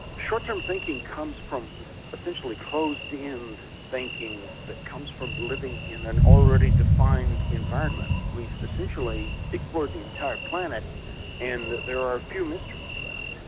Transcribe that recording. short-term thinking comes from essentially closed-in thinking that comes from living in an already defined environment. we've essentially explored the entire planet and there are few mysteries left.